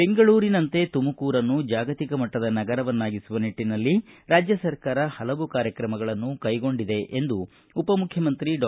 ಬೆಂಗಳೂರಿನಂತೆ ತುಮಕೂರನ್ನು ಜಾಗತಿಕಮಟ್ಟದ ನಗರವನ್ನಾಗಿಸುವ ನಿಟ್ಟನಲ್ಲಿ ರಾಜ್ಯ ಸರಕಾರ ಹಲವು ಕಾರ್ಯಕ್ರಮವನ್ನು ಕೈಗೊಂಡಿದೆ ಎಂದು ಉಪಮುಖ್ಯಮಂತ್ರಿ ಡಾ